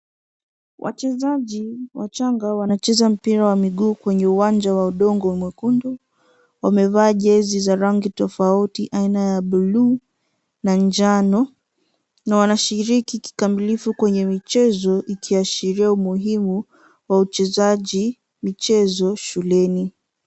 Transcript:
Wachezaji wachanga wanacheza mpira wa miguu, kwenye uwanja wa udongo mwekundu. Wamevaa jezi za rangi tofauti, aina ya bluu na njano na wanashiriki kikamilifu kwenye michezo, ikiashiria umuhimu wa uchezaji michezo shuleni.